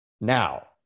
Now